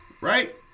Right